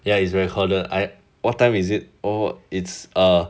ya is recorded what time is it or it's a